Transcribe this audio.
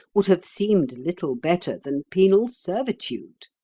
would have seemed little better than penal servitude.